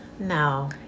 No